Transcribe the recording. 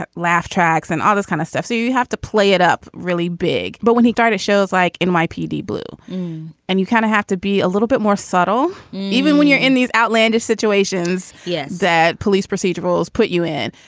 laugh tracks and all that kind of stuff. so you you have to play it up really big. but when he started shows like in my pd blue and you kind of have to be a little bit more subtle even when you're in these outlandish situations. yeah. that police procedurals put you in.